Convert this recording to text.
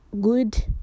good